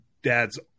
Dad's